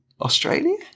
Australia